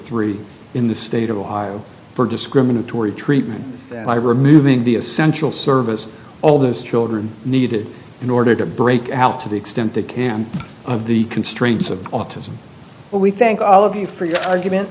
three in the state of ohio for discriminatory treatment by removing the essential service all those children needed in order to break out to the extent they can of the constraints of autism we thank all of you for your argument